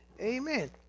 amen